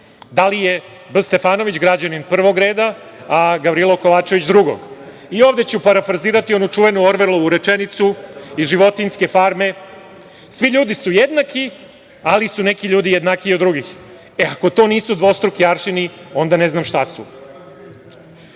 Da li je B. Stefanović građanin prvog reda, a Gavrilo Kovačević drugog? I, ovde ću parafrazirati onu čuvenu Orverlovu rečenicu iz „Životinjske farme“ - svi ljudi su jednaki, ali su neki ljudi jednakiji od drugih. E, ako to nisu dvostruki aršini, onda ne znam šta